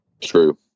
True